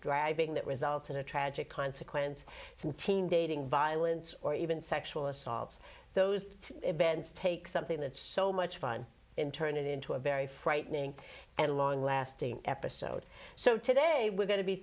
driving that results in a tragic consequence some teen dating violence or even sexual assaults those events take something that's so much fun in turn it into a very frightening and long lasting episode so today we're going to be